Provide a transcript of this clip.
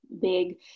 big